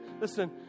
listen